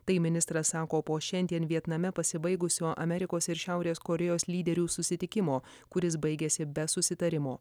tai ministras sako po šiandien vietname pasibaigusio amerikos ir šiaurės korėjos lyderių susitikimo kuris baigėsi be susitarimo